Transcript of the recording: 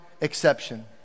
exception